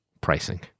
pricing